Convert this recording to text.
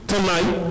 tonight